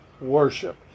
worship